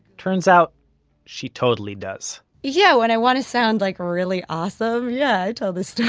turns out she totally does yeah, when i want to sound like really awesome, yeah, i tell this